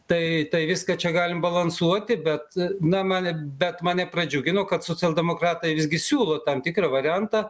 tai tai viską čia galim balansuoti bet na mane bet mane pradžiugino kad socialdemokratai visgi siūlo tam tikrą variantą